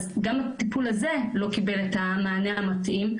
אז גם הטיפול הזה לא קיבל את המענה המתאים.